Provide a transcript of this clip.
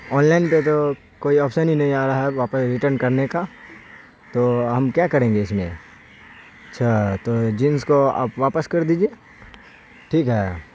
on line پہ تو کوئی آپشن ہی نہیں آ رہا ہے واپس ریٹن کرنے کا تو ہم کیا کریں گے اس میں اچھا تو جنس کو آپ واپس کر دیجیے ٹھیک ہے